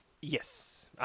Yes